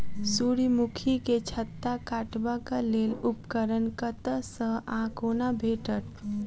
सूर्यमुखी केँ छत्ता काटबाक लेल उपकरण कतह सऽ आ कोना भेटत?